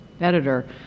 editor